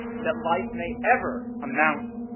that life may ever amount